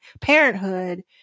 parenthood